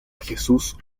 jesús